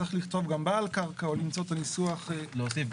צריך לכתוב גם בעל קרקע או למצוא את הניסוח המתאים.